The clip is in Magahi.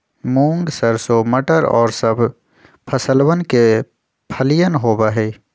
मूंग, सरसों, मटर और सब फसलवन के फलियन होबा हई